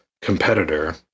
competitor